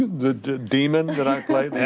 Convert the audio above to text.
the demon that i play,